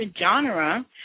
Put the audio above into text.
genre